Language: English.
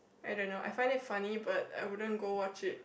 I don't know I find it funny but I wouldn't go watch it